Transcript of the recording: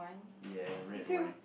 ya red wine